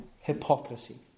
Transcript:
hypocrisy